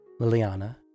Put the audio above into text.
Liliana